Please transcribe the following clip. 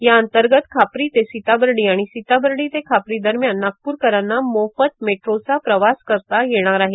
याअंतर्गत खापरी ते सीताबर्डी आणि सीताबर्डी ते खापरी दरम्यान नागप्रकरांना मोफत मेट्रोचा प्रवास करता येणार आहे